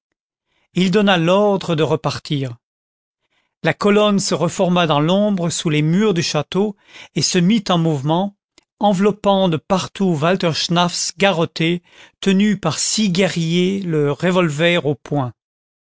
il donna l'ordre de repartir la colonne se reforma dans l'ombre sous les murs du château et se mit en mouvement enveloppant de partout walter schnaffs garotté tenu par six guerriers le revolver au poing